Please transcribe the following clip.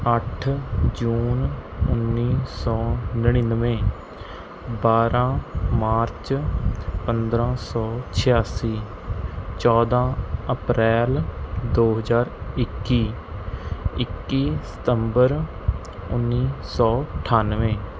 ਅੱਠ ਜੂਨ ਉੱਨੀ ਸੌ ਨੜ੍ਹਿਨਵੇਂ ਬਾਰਾਂ ਮਾਰਚ ਪੰਦਰਾਂ ਸੌ ਛਿਆਸੀ ਚੌਦਾਂ ਅਪ੍ਰੈਲ ਦੋ ਹਜ਼ਾਰ ਇੱਕੀ ਇੱਕੀ ਸਤੰਬਰ ਉੱਨੀ ਸੌ ਅਠਾਨਵੇਂ